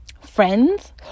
friends